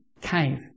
cave